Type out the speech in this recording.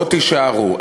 או תישארו.